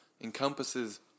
encompasses